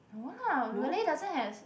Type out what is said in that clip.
no lah Malay doesn't have